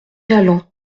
allant